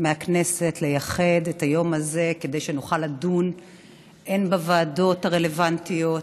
מהכנסת לייחד את היום הזה כדי שנוכל לדון הן בוועדות הרלוונטיות